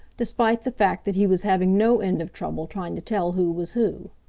despite the fact that he was having no end of trouble trying to tell who was who.